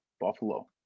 Buffalo